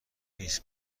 نیست